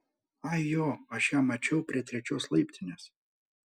ai jo aš ją mačiau prie trečios laiptinės